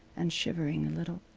and shivering a little.